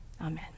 Amen